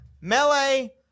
Melee